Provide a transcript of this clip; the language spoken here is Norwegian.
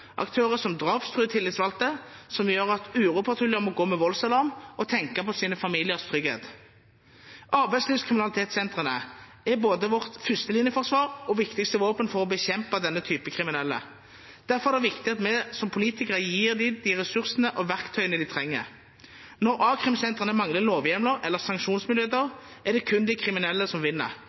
aktører som drapstruer tillitsvalgte, som gjør at uropatruljer må gå med voldsalarm og tenke på sin families trygghet. Arbeidslivskriminalitetssentrene er både vårt førstelinjeforsvar og vårt viktigste våpen for å bekjempe denne typen kriminelle. Derfor er det viktig at vi som politikere gir dem de ressursene og verktøyene de trenger. Når a-krimsentrene mangler lovhjemler eller sanksjonsmuligheter, er det kun de kriminelle som vinner,